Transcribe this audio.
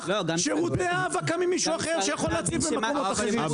שירותי האבקה ממישהו אחר שיכול להציב במקומות אחרים.